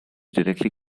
directly